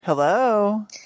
hello